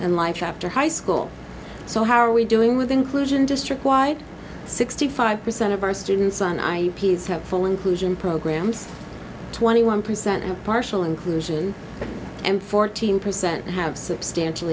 and life after high school so how are we doing with inclusion district wide sixty five percent of our students and i have full inclusion programs twenty one percent and partial inclusion and fourteen percent have substantial